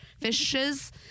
fishes